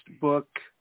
book